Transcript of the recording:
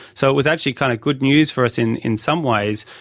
so it was actually kind of good news for us in in some ways,